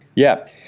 yeah.